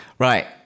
right